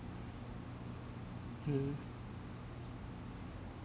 hmm